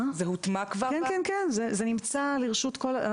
כן, כן, זה נמצא לרשות כולם.